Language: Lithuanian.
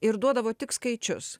ir duodavo tik skaičius